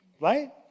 Right